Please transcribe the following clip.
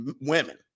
women